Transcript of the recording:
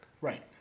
Right